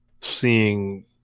seeing